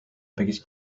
biggest